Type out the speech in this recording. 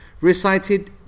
recited